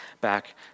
back